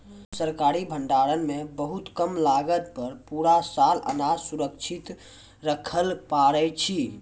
सरकारी भंडार मॅ बहुत कम लागत पर पूरा साल अनाज सुरक्षित रक्खैलॅ पारै छीं